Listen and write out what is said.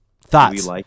Thoughts